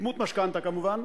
בדמות משכנתה, כמובן,